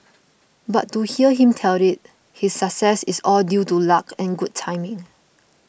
but to hear him tell it his success is all due to luck and good timing